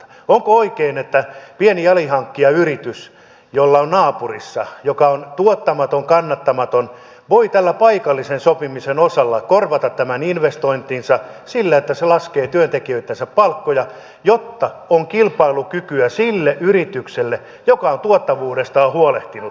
onko oikein että pieni alihankkijayritys joka on tuottamaton kannattamaton voi paikallisen sopimisen osalla korvata tämän investointinsa sillä että se laskee työntekijöittensä palkkoja jotta on kilpailukykyä sille yritykselle joka on tuottavuudestaan huolehtinut